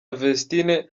vestine